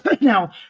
now